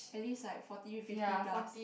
at least like forty fifty plus